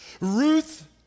Ruth